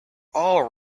all